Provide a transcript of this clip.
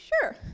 Sure